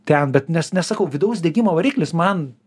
ten bet nes nesakau vidaus degimo variklis man